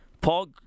Paul